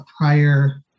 prior